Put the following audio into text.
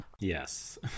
yes